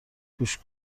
گوش